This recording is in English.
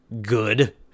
good